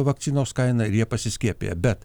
vakcinos kainą ir jie pasiskiepija bet